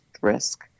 risk